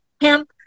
hemp